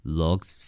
looks